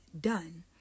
done